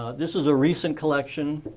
this is a recent collection